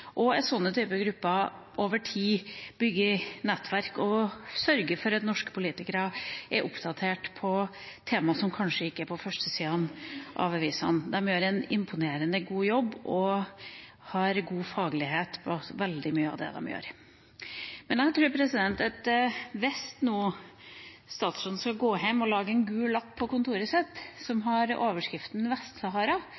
over tid bygger nettverk og sørger for at norske politikere er oppdatert på temaer som kanskje ikke er på førstesidene av avisene. De gjør en imponerende god jobb, og har god faglighet i veldig mye av det de gjør. Jeg tror at hvis statsråden nå skal gå hjem og lage en gul lapp på kontoret sitt som